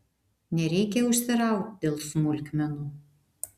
nereikia užsiraut dėl smulkmenų